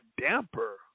damper